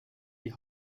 die